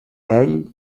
ell